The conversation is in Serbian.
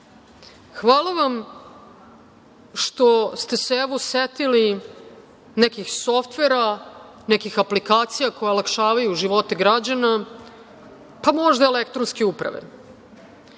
hvala vam što ste se setili nekih softvera, nekih aplikacija koje olakšavaju živote građana, pa možda elektronske uprave.